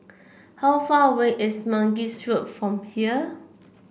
how far away is Mangis Road from here